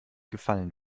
gefallen